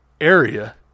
area